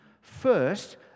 First